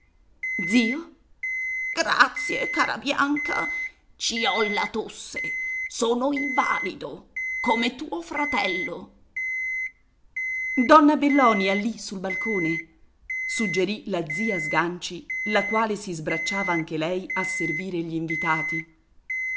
zio grazie cara bianca ci ho la tosse sono invalido come tuo fratello donna bellonia lì sul balcone suggerì la zia sganci la quale si sbracciava anche lei a servire gli invitati